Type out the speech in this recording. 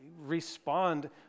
respond